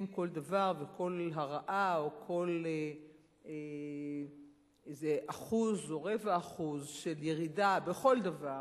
שמודדים כל דבר וכל הרעה או כל איזה אחוז או רבע אחוז של ירידה בכל דבר,